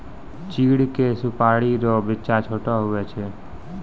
चीड़ के सुपाड़ी रो बिच्चा छोट हुवै छै